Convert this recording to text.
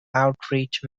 outreach